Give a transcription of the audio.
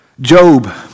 Job